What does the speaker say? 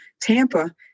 Tampa